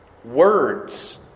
Words